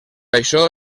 això